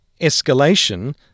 escalation